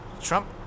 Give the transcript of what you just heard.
Trump